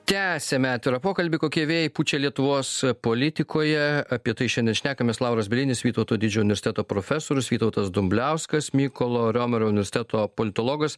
tęsiame atvirą pokalbį kokie vėjai pučia lietuvos politikoje apie tai šiandien šnekamės lauras bielinis vytauto didžiojo universiteto profesorius vytautas dumbliauskas mykolo romerio universiteto politologas